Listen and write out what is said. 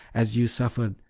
as you suffered,